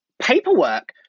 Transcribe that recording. paperwork